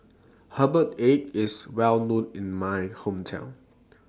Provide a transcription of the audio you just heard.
Herbal Egg IS Well known in My Hometown